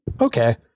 Okay